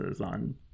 on